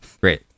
Great